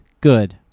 good